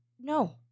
no